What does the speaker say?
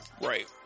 Right